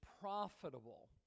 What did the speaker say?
profitable